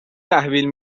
تحویل